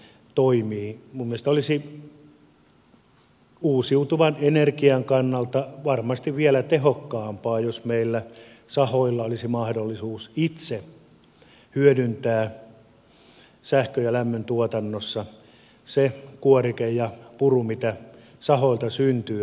minun mielestäni olisi uusiutuvan energian kannalta varmasti vielä tehokkaampaa jos meillä sahoilla olisi mahdollisuus itse hyödyntää sähkön ja lämmöntuotannossa se kuorike ja puru mitä sahoilla syntyy